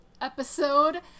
episode